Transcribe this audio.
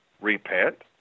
Repent